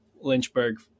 Lynchburg